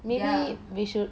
maybe we should